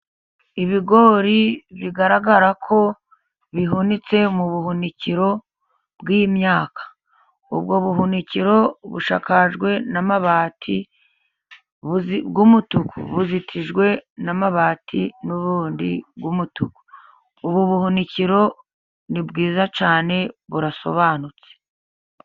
Ibigori bigaragara ko bihunitse mu buhunikiro bw'imyaka. Ubwo buhunikiro bushakajwe n'amabati y'umutuku. Buzitijwe n'amabati n'ubundi y'umutuku. Ubu buhunikiro ni bwiza cyane, burasobanutse.